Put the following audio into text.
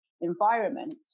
environment